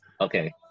Okay